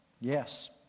Yes